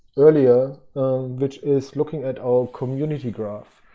earlier which is looking at our community graph.